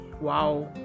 wow